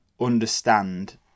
understand